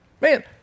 Man